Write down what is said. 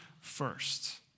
first